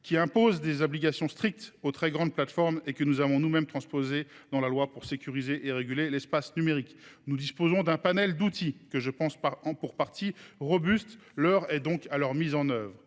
qui impose des obligations strictes aux très grandes plateformes, et que nous avons nous mêmes transposé dans la loi pour sécuriser et réguler l’espace numérique. Nous disposons donc d’un panel d’outils que je pense pour partie robustes. L’heure est venue de les mettre en œuvre.